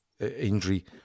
injury